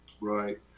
Right